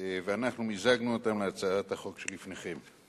ואנחנו מיזגנו אותן להצעת החוק שלפניכם.